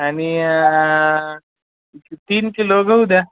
आणि तीन किलो गहू द्या